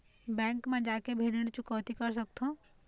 Bank मा जाके भी ऋण चुकौती कर सकथों?